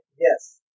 Yes